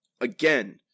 Again